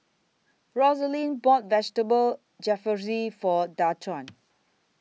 Rosalind bought Vegetable Jalfrezi For Daquan